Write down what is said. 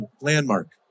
Landmark